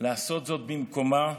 לעשות זאת במקומה,